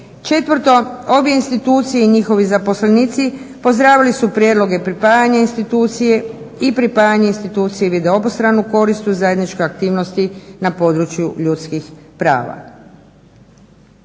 Četvrto, ove institucije i njihovi zaposlenici pozdravili su prijedloge pripajanja institucije i pripajanje institucije i vide obostranu korist u zajedničkoj aktivnosti na području ljudskih prava.